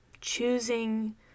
choosing